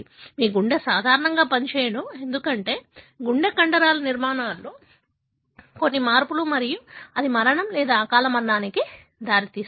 మీ గుండె సాధారణంగా పనిచేయదు ఎందుకంటే గుండె కండరాల నిర్మాణంలో కొన్ని మార్పులు మరియు అది మరణం అకాల మరణానికి దారితీస్తుంది